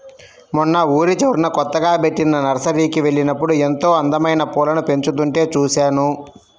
మొన్న ఊరి చివరన కొత్తగా బెట్టిన నర్సరీకి వెళ్ళినప్పుడు ఎంతో అందమైన పూలను పెంచుతుంటే చూశాను